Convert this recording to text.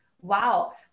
wow